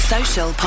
Social